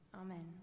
Amen